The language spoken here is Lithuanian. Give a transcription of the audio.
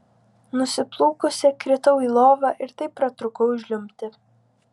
nusiplūkusi kritau į lovą ir taip pratrūkau žliumbti